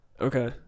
okay